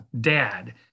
dad